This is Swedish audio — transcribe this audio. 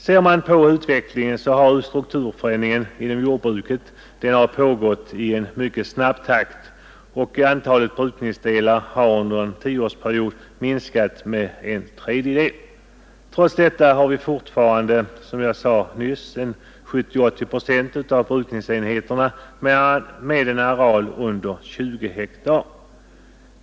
Ser man på utvecklingen inom jordbruket så har strukturförändringen pågått i en mycket snabb takt. Antalet brukningsdelar har under en tioårsperiod minskat med en tredjedel. Trots detta har fortfarande, som jag sade nyss, 70—80 procent av brukningsenheterna en areal under 20 hektar.